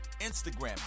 instagram